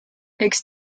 eks